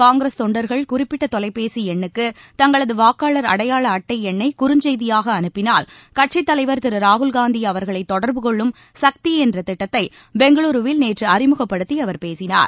காங்கிரஸ் தொண்டர்கள் குறிப்பிட்ட தொலைபேசி எண்ணுக்கு தங்களது வாக்காளர் அடையாள அட்டை என்னை குறஞ்செய்தியாக அனுப்பினால் கட்சித் தலைவர் திரு ராகுல்காந்தி அவர்களைத் தொடர்பு கொள்ளும் சக்தி என்ற திட்டத்தை பெங்களூருவில் நேற்று அறிமுகப்படுத்தி அவர் பேசினார்